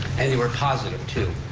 and they were positive, too,